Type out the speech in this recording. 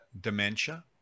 dementia